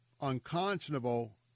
unconscionable